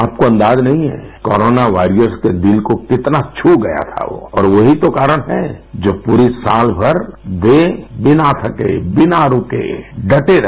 आपको अंदाजा नहीं है कोरोना वारियर्स के दिल को कितना छू गया था वो और वो ही तो कारण है जो पूरी साल भर वे बिना थके बिना रुके डटे रहे